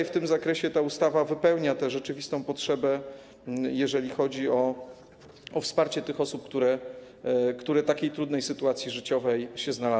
W tym zakresie ta ustawa wypełnia tę rzeczywistą potrzebę, jeżeli chodzi o wsparcie tych osób, które w takiej trudnej sytuacji życiowej się znalazły.